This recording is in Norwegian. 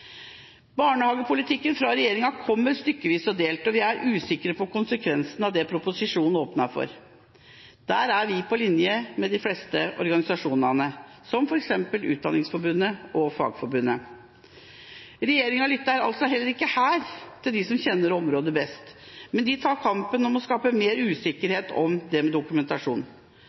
Barnehagepolitikken fra regjeringa kommer stykkevis og delt, og vi er usikre på konsekvensene av det proposisjonen åpner for. Der er vi på linje med de fleste organisasjonene, som f.eks. Utdanningsforbundet og Fagforbundet. Regjeringa lytter altså heller ikke her til dem som kjenner området best, men tar kampen for å skape mer usikkerhet om det med dokumentasjon.